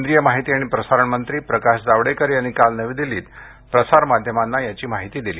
केंद्रीय माहिती आणि प्रसारण मंत्री प्रकाश जावडेकर यांनी काल नवी दिल्लीत प्रसार माध्यमांना ही माहिती दिली